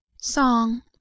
SONG